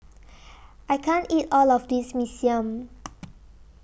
I can't eat All of This Mee Siam